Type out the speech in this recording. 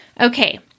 Okay